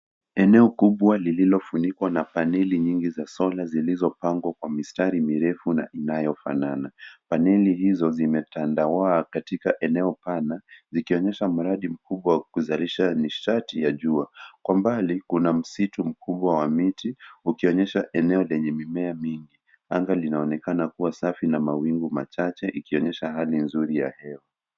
Eneo kubwa lililofunikwa na paneli nyingi za solar zilizopangwa kwa mistari mirefu na inayofanana. Paneli hizo zimetandawa katika eneo pana zikionyesha mradi mkubwa wa kuzalisha nishati ya jua. Kwa mbali kuna msitu mkubwa wa miti ukionyesha eneo lenye mimea mingi. Anga linaonekana kuwa safi na mawingu machache ikionyesha hali nzuri ya hewa.